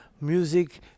music